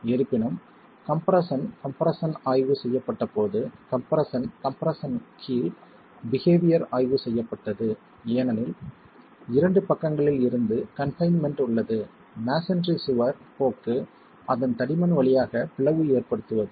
இருப்பினும் compression compression ஆய்வு செய்யப்பட்டபோது கம்ப்ரெஸ்ஸன் கம்ப்ரெஸ்ஸன் கீழ் பிஹேவியர் ஆய்வு செய்யப்பட்டது ஏனெனில் இரண்டு பக்கங்களில் இருந்து கன்பைன்மென்ட் உள்ளது மஸோன்றி சுவர் போக்கு அதன் தடிமன் வழியாக பிளவு ஏற்படுத்துவது